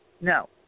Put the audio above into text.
No